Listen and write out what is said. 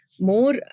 more